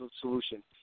solution